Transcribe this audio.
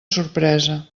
sorpresa